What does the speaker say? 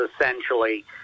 essentially